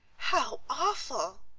how awful!